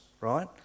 right